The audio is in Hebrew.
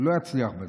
הוא לא יצליח בזה.